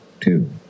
two